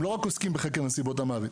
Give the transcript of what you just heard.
הם לא רק עוסקים בחקר נסיבות המוות.